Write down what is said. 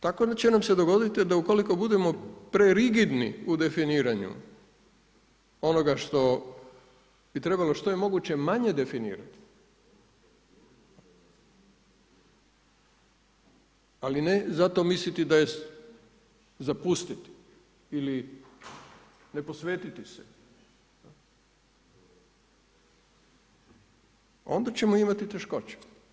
Tako će nam se dogoditi da ukoliko budemo prerigidni u definiranju onoga što bi trebalo što je moguće manje definirati, ali ne zato misliti da je zapustiti ili ne posvetiti se onda ćemo imati teškoće.